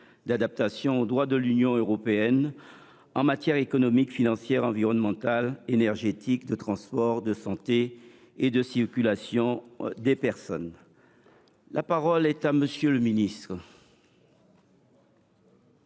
d’adaptation au droit de l’Union européenne en matière économique, financière, environnementale, énergétique, de transport, de santé et de circulation des personnes (projet n° 352, texte